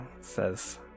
says